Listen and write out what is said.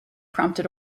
prompted